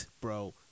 bro